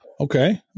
okay